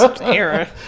Era